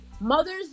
mothers